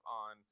on